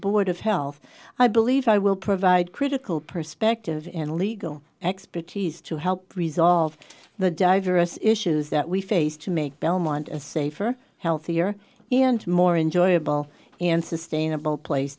board of health i believe i will provide critical perspective and legal expertise to help resolve the diverse issues that we face to make belmont a safer healthier and more enjoyable and sustainable place